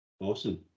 Awesome